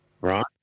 Right